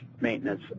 maintenance